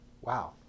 Wow